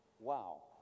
Wow